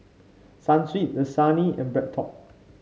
Sunsweet Dasani and BreadTalk